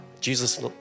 Jesus